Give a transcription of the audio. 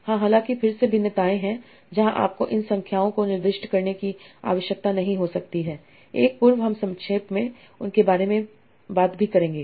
हां हालांकि फिर से भिन्नताएं हैं जहां आपको इन संख्याओं को निर्दिष्ट करने की आवश्यकता नहीं हो सकती है एक पूर्व हम संक्षेप में उन के बारे में भी बात करेंगे